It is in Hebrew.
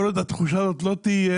כל עוד התחושה הזאת לא תהיה,